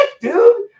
dude